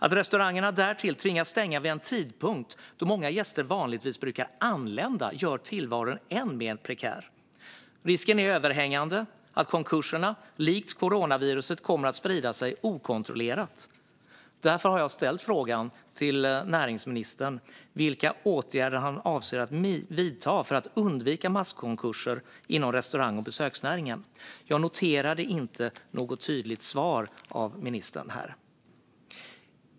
Att restaurangerna därtill tvingats stänga vid en tidpunkt då många gäster vanligtvis brukar anlända gör tillvaron än mer prekär. Risken är överhängande att konkurserna likt coronaviruset kommer att sprida sig okontrollerat. Därför har jag ställt frågan till näringsministern vilka åtgärder han avser att vidta för att undvika masskonkurser inom restaurang och besöksnäringen. Jag noterade inte något tydligt svar från ministern här.